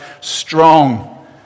strong